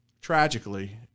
tragically